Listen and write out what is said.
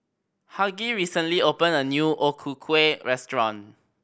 Hughie recently opened a new O Ku Kueh restaurant